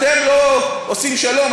אתם לא עושים שלום,